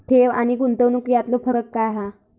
ठेव आनी गुंतवणूक यातलो फरक काय हा?